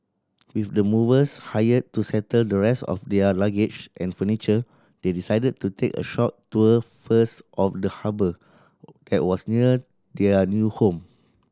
with the movers hired to settle the rest of their luggage and furniture they decided to take a short tour first of the harbour that was near their new home